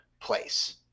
place